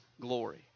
glory